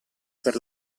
per